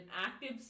active